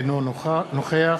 אינו נוכח